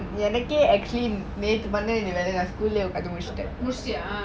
முடிச்சிட்டியா:mudichitiya